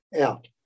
out